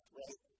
right